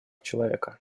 человека